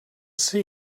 see